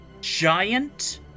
giant